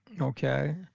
Okay